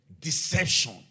deception